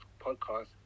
podcast